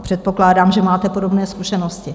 Předpokládám, že máte podobné zkušenosti.